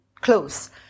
close